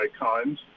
icons